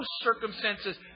circumstances